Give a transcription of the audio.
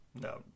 no